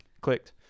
clicked